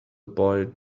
boy